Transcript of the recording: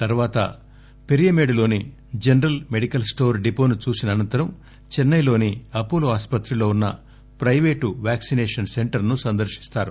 తర్వాత పెరియమేడులోని general medical store డిపోను చూసిన అనంతరం చెన్నైలోని అపొలొ ఆస్పత్రిలో ఉన్న ప్రయిపేటు వ్యాక్సినేషన్ సెంటర్ ను సందర్శిస్తారు